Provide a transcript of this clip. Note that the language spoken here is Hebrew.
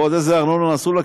ועוד איזה ארנונה עשו לה,